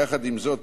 יחד עם זאת,